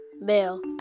bell